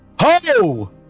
Ho